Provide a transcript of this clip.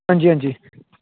हंजी हंजी